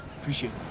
Appreciate